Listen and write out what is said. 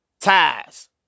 ties